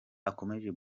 akomeje